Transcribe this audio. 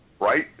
right